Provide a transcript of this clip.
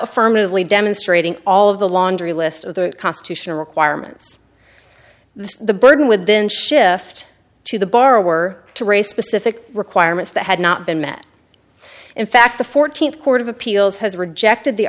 affirmatively demonstrating all of the laundry list of the constitutional requirements the burden within shift to the borrower to race specific requirements that had not been met in fact the fourteenth court of appeals has rejected the